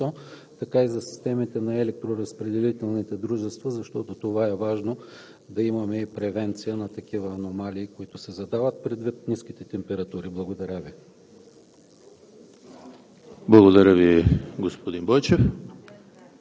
прекъсване на електроснабдяването? Това се отнася както и за системите на ЕСО, така и за системите на електроразпределителните дружества, защото това е важно да имаме и превенция на такива аномалии, които се задават предвид ниските температури. Благодаря Ви.